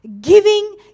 giving